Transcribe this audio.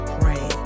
pray